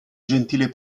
gentile